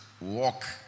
walk